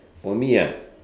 for me ah